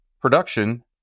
Production